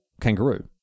kangaroo